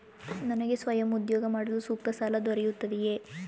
ನನಗೆ ಸ್ವಯಂ ಉದ್ಯೋಗ ಮಾಡಲು ಸೂಕ್ತ ಸಾಲ ದೊರೆಯುತ್ತದೆಯೇ?